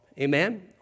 Amen